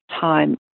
time